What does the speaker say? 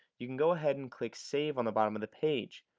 you can go ahead and click save on the bottom of the page.